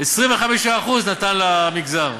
25% נתן למגזר.